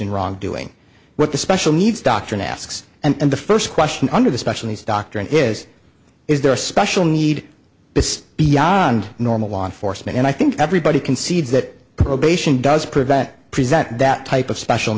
in wrong doing what the special needs doctrine asks and the first question under the special needs doctrine is is there a special need is beyond normal law enforcement and i think everybody concedes that probation does prevent present that type of special